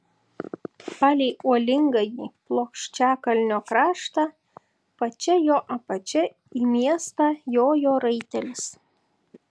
palei uolingąjį plokščiakalnio kraštą pačia jo apačia į miestą jojo raitelis